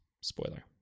Spoiler